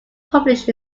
published